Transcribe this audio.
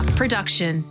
production